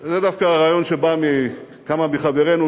זה דווקא רעיון שבא מכמה מחברינו,